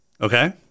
Okay